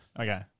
Okay